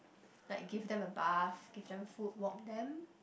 like give them a bath give them food walk them